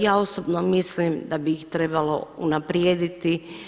Ja osobno mislim da bi ih trebalo unaprijediti.